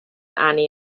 annie